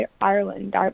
ireland